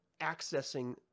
accessing